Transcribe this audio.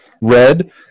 red